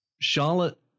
Charlotte